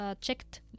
checked